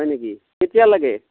হয় নেকি কেতিয়া লাগে